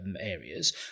areas